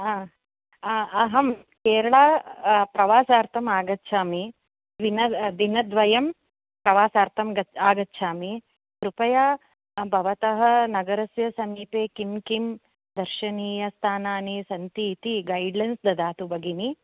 अहं केरला प्रवासार्थम् आगच्छामि दिन दिनद्वयं प्रवासार्थम् आगच्छामि कृपया भवतः नगरस्य समीपे किं किं दर्शनीयस्थानानि सन्ति इति गैड्लैन्स् ददातु भगिनी